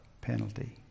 penalty